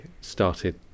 started